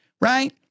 Right